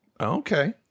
Okay